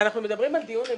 אנחנו מדברים על דיון המשך.